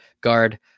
guard